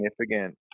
significant